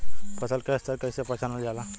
फसल के स्तर के कइसी पहचानल जाला